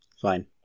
Fine